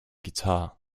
guitar